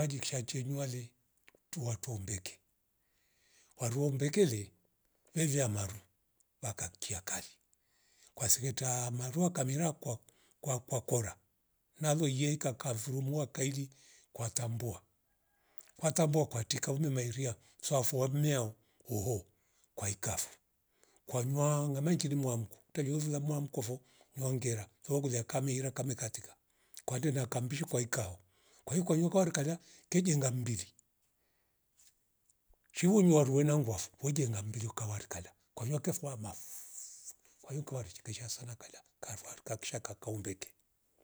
Mji kisha chenyuwale tuwa tuwaumbeke warua umbekele vevia maru vakakiya kali kwa seketa marua wakamira kwaku- kwakua kora naloye ikakavurumua kaili kwatambua kwatambua kwatika ume mairia swafuwa umyau uho kwaikavo kwanywa ngama njiri mwamku utariovula mwamkovo nyongera sozolo kulia kamira kamikatika kwande nakambishi kwaikao kwai kwayu kwaiyo rikara kejenga mbiri shuu mwaru wena ngwafu hujenga mbiri ukawa rikala kwayua kef mwamaf kwayu kwa richekesha sana kala karufuwalu kaksha kaka umbeke